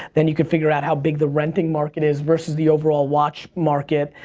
then you could figure out how big the renting market is versus the overall watch market,